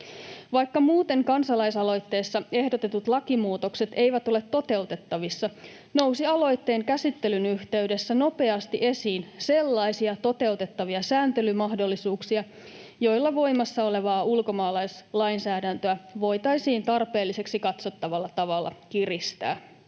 Vaikka muuten kansalaisaloitteessa ehdotetut lakimuutokset eivät ole toteutettavissa, nousi aloitteen käsittelyn yhteydessä nopeasti esiin sellaisia toteutettavia sääntelymahdollisuuksia, joilla voimassa olevaa ulkomaalaislainsäädäntöä voitaisiin tarpeelliseksi katsottavalla tavalla kiristää.